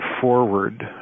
forward